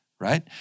Right